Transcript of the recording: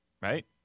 right